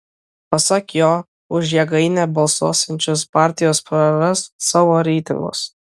pasak jo už jėgainę balsuosiančios partijos praras savo reitingus